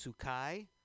Sukai